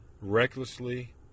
Recklessly